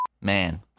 Man